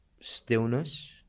Stillness